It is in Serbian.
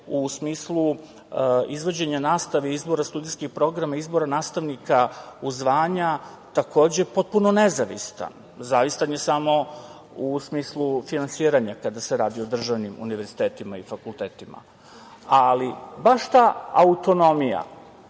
u smislu izvođena nastave, izbora studijskih programa, izbora nastavnika u zvanja, takođe potpuno nezavisan. Zavisan je samo u smislu finansiranja, kada se radi o državnim univerzitetima i fakultetima. Ali baš ta autonomija